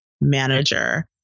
manager